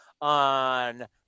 on